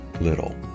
little